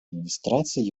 администрацией